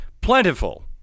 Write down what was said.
plentiful